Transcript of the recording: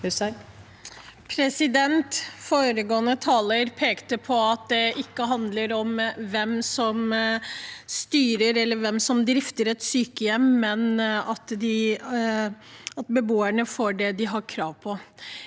Foregående taler pekte på at det ikke handler om hvem som styrer, eller hvem som drifter et sykehjem, men at beboerne får det de har krav på.